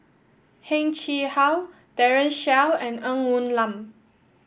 Heng Chee How Daren Shiau and Ng Woon Lam